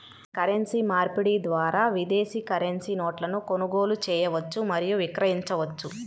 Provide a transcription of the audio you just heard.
currency మార్పిడి ద్వారా విదేశీ కరెన్సీ నోట్లను కొనుగోలు చేయవచ్చు మరియు విక్రయించవచ్చు